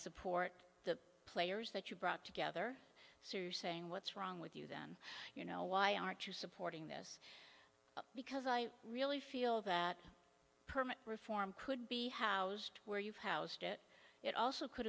support the players that you brought together sue saying what's wrong with you then you know why aren't you supporting this because i really feel that permit reform could be housed where you've housed it it also could